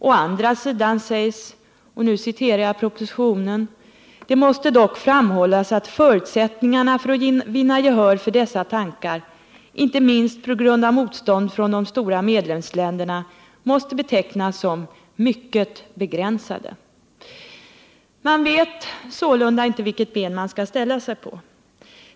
Å andra sidan sägs i propositionen: ”Det måste dock framhållas att förutsättningarna för att vinna gehör för dessa tankar, inte minst på grund av motstånd från de stora medlemsländerna, måste betecknas som mycket begränsade.” Man vet sålunda inte vilket ben man skall ställa sig på.